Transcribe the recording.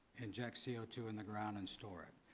inject c o two in the ground and store it.